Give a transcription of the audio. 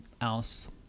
else